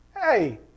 hey